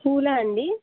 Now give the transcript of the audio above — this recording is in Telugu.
పూలా అండి